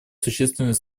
существенные